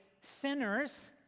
sinners